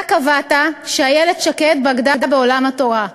אתה קבעת שאיילת שקד בגדה בעולם התורה.